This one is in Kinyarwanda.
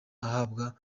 ahabwa